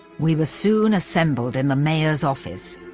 we were soon assembled in the mayor's office.